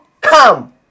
come